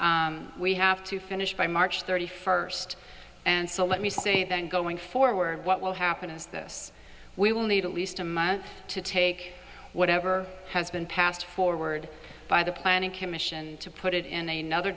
d we have to finish by march thirty first and so let me say then going forward what will happen is this we will need at least a month to take whatever has been passed forward by the planning commission to put it in a another